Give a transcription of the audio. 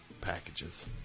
packages